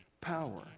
power